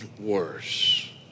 worse